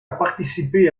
participé